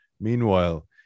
Meanwhile